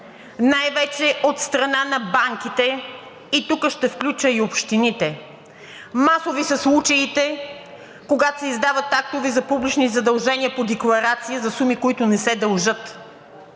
най вече от страна на банките, тук ще включа и общините. Масово са случаите, когато се издават актове за публични задължения по декларация за суми, които не се дължат.